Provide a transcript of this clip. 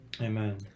Amen